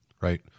Right